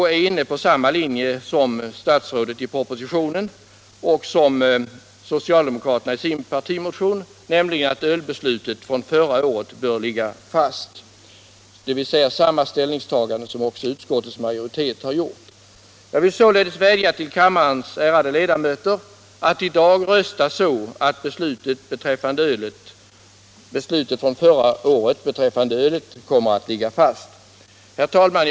Vpk är inne på samma linje som statsrådet i propositionen och socialdemokraterna i sin partimotion, nämligen att avstå från att ta upp ölfrågan på nytt. Det är samma ställningstagande som utskottsmajoriteten har gjort. Jag vill således vädja till kammarens ärade ledamöter att i dag rösta så att beslutet från förra året beträffande ölet kommer att ligga fast. Herr talman!